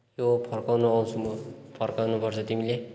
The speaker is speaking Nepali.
यो फर्काउन आउँछु म फर्काउनु पर्छ तिमीले